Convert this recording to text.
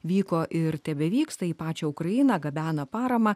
vyko ir tebevyksta į pačią ukrainą gabeno paramą